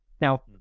Now